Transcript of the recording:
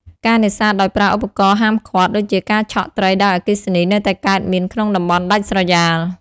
ការនេសាទដោយប្រើ ឧបករណ៍ហាមឃាត់ ដូចជាការឆក់ត្រីដោយអគ្គិសនីនៅតែកើតមានក្នុងតំបន់ដាច់ស្រយាល។